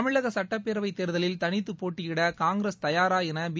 தமிழக சுட்டப்பேரவை தேர்தலில் தனித்து போட்டியிட காங்கிரஸ் தயாரா என பி